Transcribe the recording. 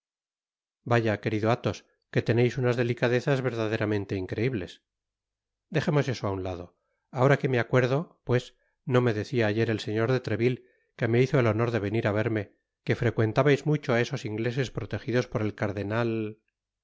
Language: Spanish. vaya querido athos que teneis unas delicadezas verdaderamente increibles dejemos eso á un lado ahora que me acuerdo pues no me decia ayer el señor de treville que me hizo el honor de venir á verme que frecuentabais mucho á esos ingleses protegidos por el cardenal